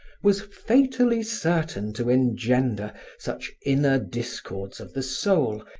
was fatally certain to engender such inner discords of the soul,